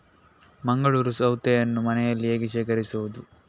ಮಂಗಳೂರು ಸೌತೆಯನ್ನು ಮನೆಯಲ್ಲಿ ಹೇಗೆ ಶೇಖರಿಸುವುದು?